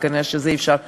וכנראה אי-אפשר,